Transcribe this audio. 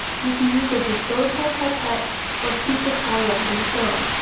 you can use a disposable pipette or sheets of polyethylene film.